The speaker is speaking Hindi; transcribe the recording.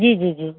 जी जी जी